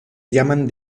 llaman